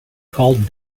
called